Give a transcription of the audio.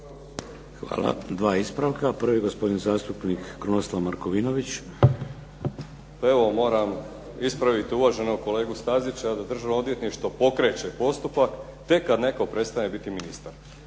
Hvala. Dva ispravka. Prvi je gospodin zastupnik Krunoslav Markovinović. **Markovinović, Krunoslav (HDZ)** Moram ispraviti uvaženog kolegu Stazića da Državno odvjetništvo pokreće postupak tek kad netko prestaje biti ministar.